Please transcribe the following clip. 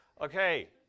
Okay